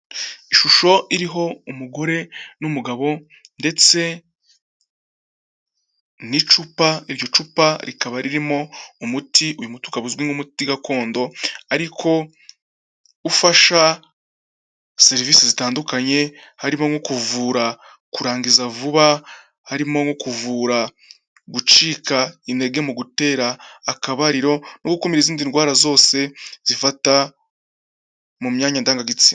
Ishusho iriho umugore n'umugabo ndetse n'icupa, iryo cupa rikaba ririmo umuti, uyu muti ukaba uzwi nk'umuti gakondo, ariko ufasha serivisi zitandukanye harimo nko kuvura kurangiza vuba, harimo nko kuvura gucika intege mu gutera akabariro, no gukumira izindi ndwara zose zifata mu myanya ndangagitsina.